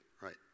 right